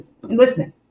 Listen